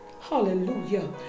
Hallelujah